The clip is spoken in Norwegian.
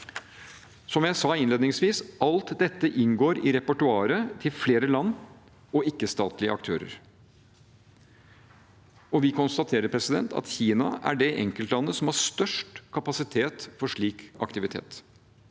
Som jeg sa innledningsvis: Alt dette inngår i repertoaret til flere land og ikke-statlige aktører. Vi konstaterer at Kina er det enkeltlandet som har størst kapasitet for slik aktivitet.